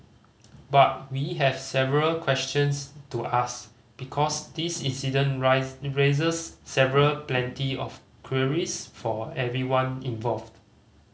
but we have several questions to ask because this incident rise raises several plenty of queries for everyone involved